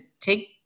take